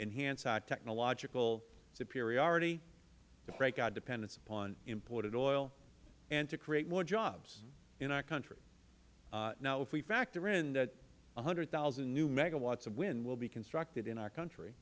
enhance our technological superiority break our dependence upon imported oil and create more jobs in our country now if we factor in that one hundred thousand new megawatts of wind will be constructed in our country